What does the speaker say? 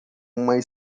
uma